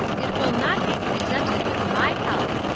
it will not be presented with my help.